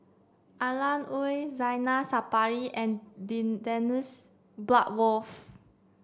Alan Oei Zainal Sapari and Dennis Bloodworth